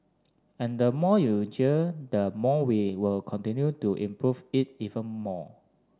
and the more you jeer the more we will continue to improve it even more